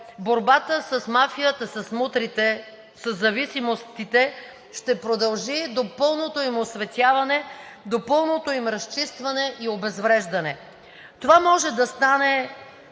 борбата с мафията, с мутрите, със зависимостите ще продължи до пълното им осветяване, до пълното им разчистване и обезвреждане. Това може да стане